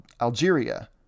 Algeria